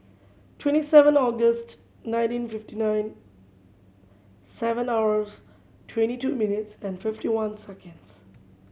twenty seven August nineteen fifty nine seven hours twenty two minutes and fifty one seconds